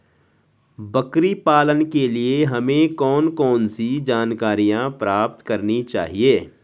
बकरी पालन के लिए हमें कौन कौन सी जानकारियां प्राप्त करनी चाहिए?